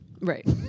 Right